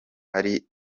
ari